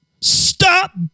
Stop